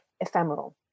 ephemeral